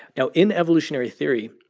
now, in evolutionary theory,